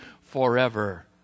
forever